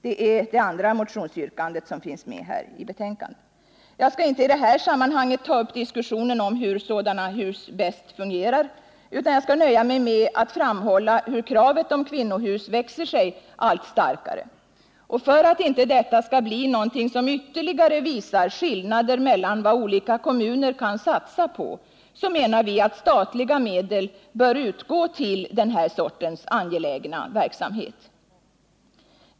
Det är det andra motionsyrkandet i betänkandet. Jag skall inte i det här sammanhanget ta upp diskussionen om hur sådana hus bäst fungerar utan nöja mig med att framhålla hur kravet på kvinnohus växer sig allt starkare. För att inte detta skall bli något som ytterligare visar skillnader mellan vad olika kommuner satsar på, menar vi att statliga medel bör utgå till den här sortens angelägna verksamhet.